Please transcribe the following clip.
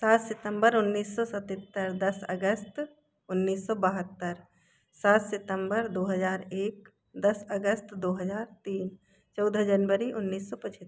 सात सितम्बर उन्नीस सौ सतहत्तर दस अगस्त उन्नीस सौ बहत्तर सात सितम्बर दो हज़ार एक दस अगस्त दो हज़ार तीन चौदह जनवरी उन्नीस सौ पचहत्तर